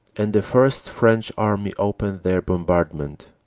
and the first french army opened their bombardment.